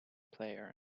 player